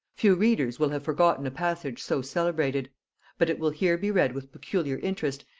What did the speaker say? few readers will have forgotten a passage so celebrated but it will here be read with peculiar interest,